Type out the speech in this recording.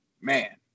man